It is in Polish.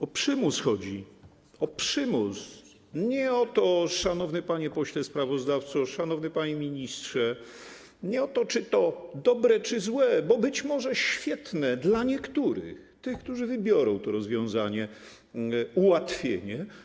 O przymus chodzi, o przymus, szanowny panie pośle sprawozdawco, szanowny panie ministrze, nie o to, czy to dobre, czy złe - bo być może świetne dla niektórych, tych, którzy wybiorą to rozwiązanie - ułatwienie.